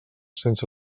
sense